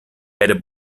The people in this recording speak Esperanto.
per